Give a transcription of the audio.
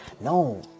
No